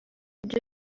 byo